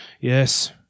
Yes